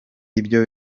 ibyo